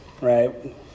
right